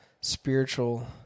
spiritual